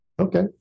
Okay